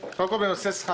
זה סוג